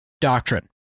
doctrine